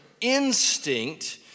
instinct